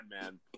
man